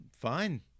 Fine